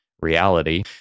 reality